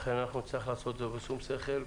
לכן אנחנו נצטרך לעשות את זה בשום שכל,